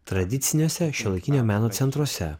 tradiciniuose šiuolaikinio meno centruose